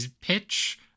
pitch